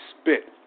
spit